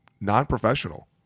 non-professional